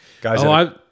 Guys